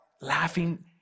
laughing